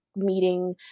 meeting